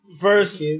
first